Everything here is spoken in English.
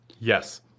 Yes